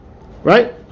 Right